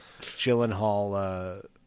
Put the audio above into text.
Gyllenhaal